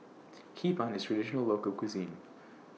Hee Pan IS A Traditional Local Cuisine